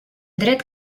dret